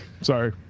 Sorry